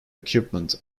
equipment